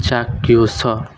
ଚାକ୍ଷୁଷ